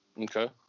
Okay